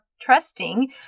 trusting